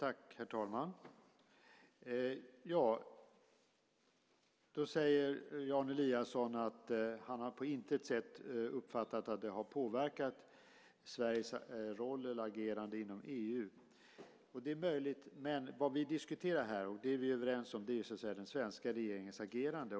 Herr talman! Jan Eliasson säger att han på intet sätt har uppfattat att det har påverkat Sveriges roll eller agerande inom EU. Det är möjligt. Men det vi diskuterar här är den svenska regeringens agerande.